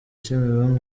kimironko